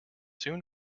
soon